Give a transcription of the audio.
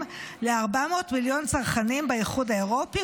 ל-400 מיליון צרכנים באיחוד האירופי,